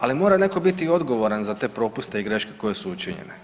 Ali, mora netko biti i odgovoran za te propuste i greške koje su učinjene.